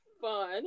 fun